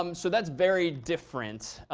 um so that's very different.